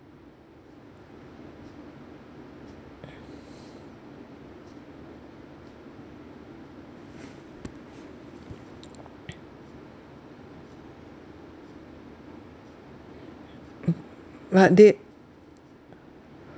mm but they